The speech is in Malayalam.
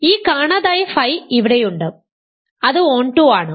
ഈ കാണാതായ ഫൈ ഇവിടെയുണ്ട് അത് ഓൺടു ആണ്